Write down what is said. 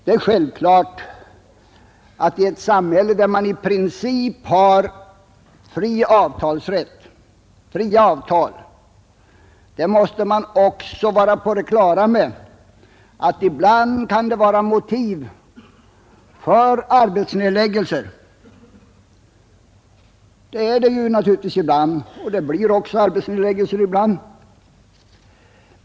Det är självklart att i ett samhälle där man i princip har fria avtal kan det ibland finnas motiv för arbetsnedläggelser, och sådana förekommer ju.